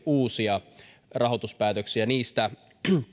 uusia rahoituspäätöksiä niistä